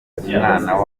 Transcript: mwana